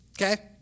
okay